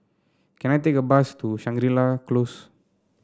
can I take a bus to Shangri La Close